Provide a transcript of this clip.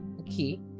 okay